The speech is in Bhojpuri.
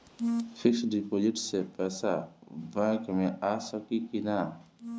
फिक्स डिपाँजिट से पैसा बैक मे आ सकी कि ना?